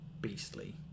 beastly